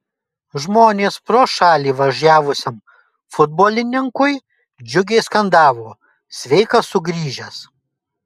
žmonės pro šalį važiavusiam futbolininkui džiugiai skandavo sveikas sugrįžęs